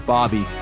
Bobby